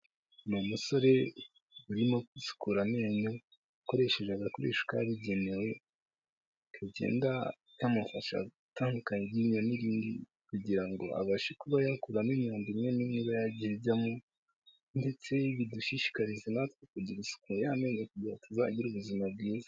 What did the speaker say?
Ni umusore urimo gusukura amenyo, akoresheje agakoreshwa kabigenewe, kagenda kamufasha gutandukanya iryinyo n'irindi kugira ngo abashe kuba yakuramo imyanda imwe n'imwe iba yagiye ijyamo, ndetse bidushishikarize natwe kugira isuku y'amenzi kugira tuzagire ubuzima bwiza.